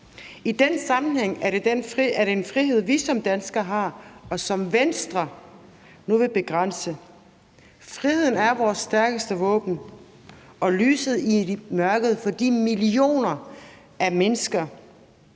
I den sammenhæng er det en frihed, vi som danskere har, og som Venstre nu vil begrænse. Friheden er vores stærkeste våben og lyset i mørket for de millioner af mennesker,